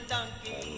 Donkey